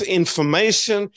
information